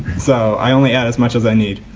so i only add as much as i need.